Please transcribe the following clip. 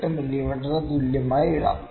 8 മില്ലീമീറ്ററിന് തുല്യമായി ഇടാം